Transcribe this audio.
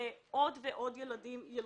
ועוד ועוד ילדים ייפגעו.